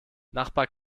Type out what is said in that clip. nachbar